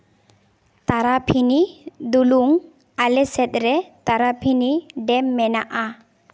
ᱛᱟᱨᱟᱯᱷᱤᱱᱤ ᱰᱩᱞᱩᱝ ᱟᱞᱮᱥᱮᱫ ᱨᱮ ᱛᱟᱨᱟᱯᱷᱤᱱᱤ ᱰᱮᱢ ᱢᱮᱱᱟᱜᱼᱟ